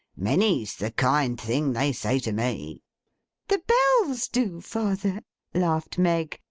many's the kind thing they say to me the bells do, father laughed meg,